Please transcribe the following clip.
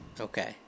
Okay